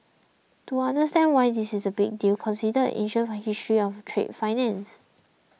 to understand why this is a big deal consider ancient why history of trade finance